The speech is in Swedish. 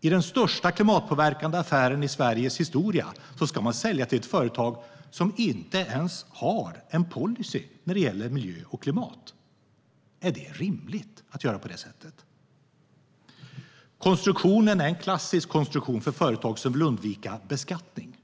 I den största klimatpåverkande affären i Sveriges historia ska man sälja till ett företag som inte ens har en policy när det gäller miljö och klimat. Är det rimligt att göra på det sättet? Konstruktionen är klassisk för företag som vill undvika beskattning.